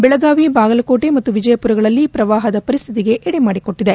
ಬೆಳಗಾವಿ ಬಾಗಲಕೋಟೆ ಮತ್ತು ವಿಜಯಪುರಗಳಲ್ಲಿ ಪ್ರವಾಹದ ಪರಿಸ್ಲಿತಿಗೆ ಎಡೆಮಾಡಿಕೊಟ್ಟದೆ